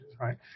right